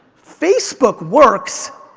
facebook works,